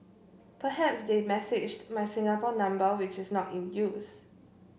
perhaps they messaged my Singapore number which is not in use